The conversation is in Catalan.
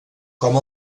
com